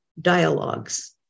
Dialogues